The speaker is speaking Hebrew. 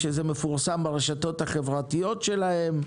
זה מפורסם ברשתות החברתיות שלהם,